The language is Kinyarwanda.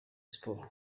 sports